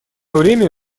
время